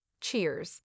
Cheers